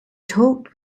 talked